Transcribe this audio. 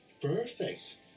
Perfect